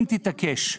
אם תתעקש,